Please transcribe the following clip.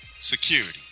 security